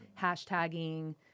hashtagging